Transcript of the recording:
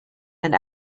and